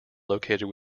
located